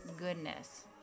Goodness